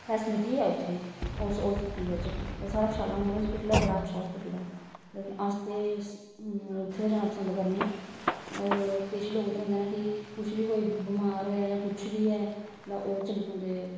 facility ऐ उ'त्थें उस हॉस्पिटल बिच जे साढ़ा शालामार हॉस्पिटल ऐ बड़ा अच्छा हॉस्पिटल ऐ लेकिन अस ते उ'त्थें गै जाना पसंद करने आं होर किश लोक ते होंदे न कि कुछ बी कोई बमार होएआ जां कुछ बी ऐ ओह् चली पौंदे